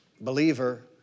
believer